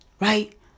Right